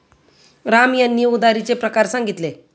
राम यांनी उधारीचे प्रकार सांगितले